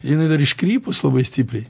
jinai dar iškrypus labai stipriai